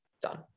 done